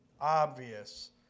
obvious